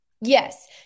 Yes